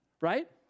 right